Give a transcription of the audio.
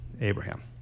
Abraham